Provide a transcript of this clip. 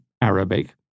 Arabic